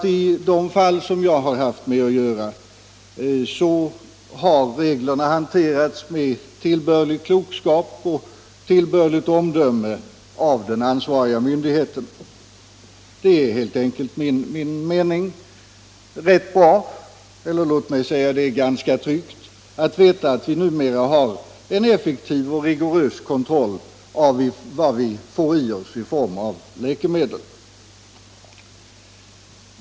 I de fall jag har haft att göra med har reglerna hanterats med tillbörlig klokskap och tillbörligt omdöme av den ansvariga myndigheten. Det är helt enkelt enligt min mening ganska tryggt att veta att vi numera har en effektiv och rigorös kontroll av vad vi får i oss i form av läkemedel.